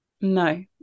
No